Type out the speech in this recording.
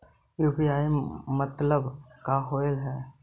UPI मतलब का होब हइ?